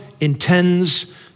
intends